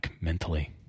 mentally